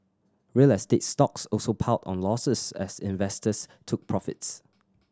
real estate stocks also piled on losses as investors took profits